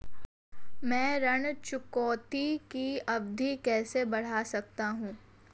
मैं ऋण चुकौती की अवधि कैसे बढ़ा सकता हूं?